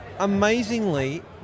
amazingly